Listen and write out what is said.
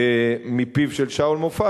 מפיו של שאול מופז.